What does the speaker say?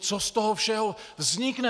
Co z toho všeho vznikne?